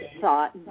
thought